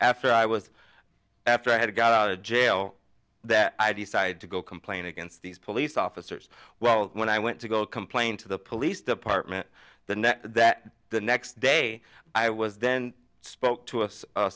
after i was after i had got out of jail that i decided to go complain against these police officers while when i went to go complain to the police department the next that the next day i was then spoke to a